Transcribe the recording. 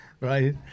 right